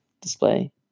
display